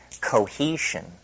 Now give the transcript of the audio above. cohesion